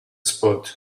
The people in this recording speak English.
spot